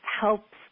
helps